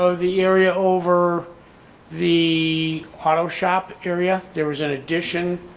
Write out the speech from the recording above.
so the area over the auto shop area, there was an addition,